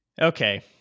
Okay